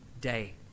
day